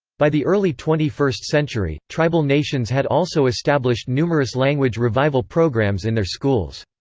by the early twenty first century, tribal nations had also established numerous language revival programs in their schools.